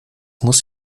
muss